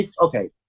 Okay